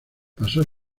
pasó